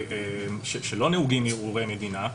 בו לא נהוגים ערעורי מדינה,